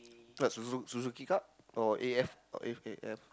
what suzu~ Suzuki-Cup or A_F or A_A_F